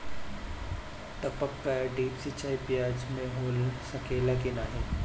टपक या ड्रिप सिंचाई प्याज में हो सकेला की नाही?